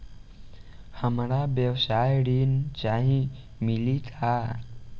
हमका व्यवसाय ऋण चाही मिली का?